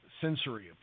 sensory